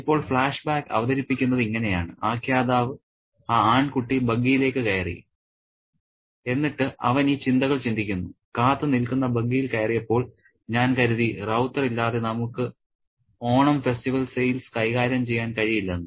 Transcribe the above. ഇപ്പോൾ ഫ്ലാഷ്ബാക്ക് അവതരിപ്പിക്കുന്നത് ഇങ്ങനെയാണ് ആഖ്യാതാവ് ആ ആൺകുട്ടി ബഗ്ഗിയിലേക്ക് കയറി എന്നിട്ട് അവൻ ഈ ചിന്തകൾ ചിന്തിക്കുന്നു കാത്ത് നിൽക്കുന്ന ബഗ്ഗിയിൽ കയറിയപ്പോൾ ഞാൻ കരുതി റൌത്തറില്ലാതെ നമുക്ക് ഓണം ഫെസ്റ്റിവൽ സെയിൽസ് കൈകാര്യം ചെയ്യാൻ കഴിയില്ലെന്ന്